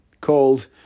called